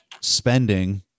spending